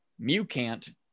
Mucant